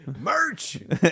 Merch